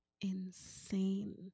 insane